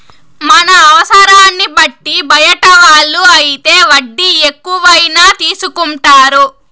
మన అవసరాన్ని బట్టి బయట వాళ్ళు అయితే వడ్డీ ఎక్కువైనా తీసుకుంటారు